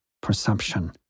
perception